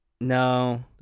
No